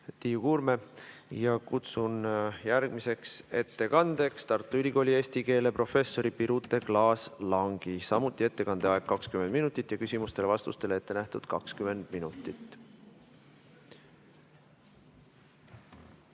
Tiiu Kuurme! Kutsun järgmiseks ettekandeks kõnetooli Tartu Ülikooli eesti keele professori Birute Klaas-Langi. Samuti ettekande aeg 20 minutit ja küsimustele-vastustele on ette nähtud 20 minutit.